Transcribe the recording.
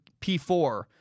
P4